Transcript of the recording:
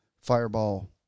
fireball